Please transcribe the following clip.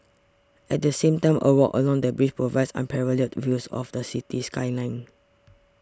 at the same time a walk along the bridge provides unparalleled views of the city skyline